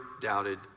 doubted